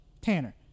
Tanner